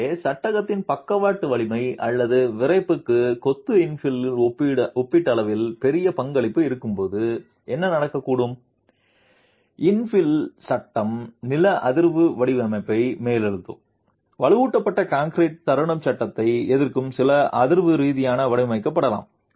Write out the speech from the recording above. எனவே சட்டகத்தின் பக்கவாட்டு வலிமை அல்லது விறைப்புக்கு கொத்து இன்ஃபிலின் ஒப்பீட்டளவில் பெரிய பங்களிப்பு இருக்கும்போது என்ன நடக்கக்கூடும் இன்ஃபில் சட்டம் நில அதிர்வு வடிவமைப்பை மேலெழுதும் வலுவூட்டப்பட்ட கான்கிரீட் தருணம் சட்டத்தை எதிர்க்கும் நில அதிர்வு ரீதியாக வடிவமைக்கப்படலாம்